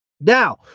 Now